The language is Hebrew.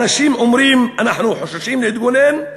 אנשים אומרים 'אנחנו חוששים להתגונן'